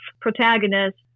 protagonist